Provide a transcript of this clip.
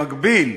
במקביל,